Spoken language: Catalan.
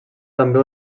també